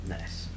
Nice